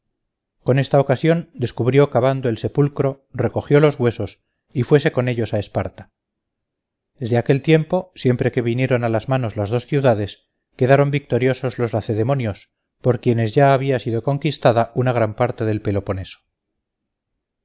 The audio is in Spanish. con esta ocasión descubrió cavando el sepulcro recogió los huesos y fuese con ellos a esparta desde aquel tiempo siempre que vinieron a las manos las dos ciudades quedaron victoriosos los lacedemonios por quienes ya había sido conquistada una gran parte del peloponeso informado creso